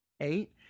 Eight